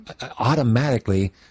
automatically